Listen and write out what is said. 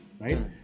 right